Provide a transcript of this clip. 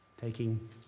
Taking